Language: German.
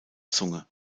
zunge